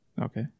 Okay